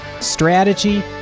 strategy